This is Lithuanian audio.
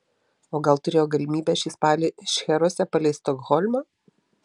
o gal turėjo galimybę šį spalį šcheruose palei stokholmą